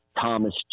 Thomas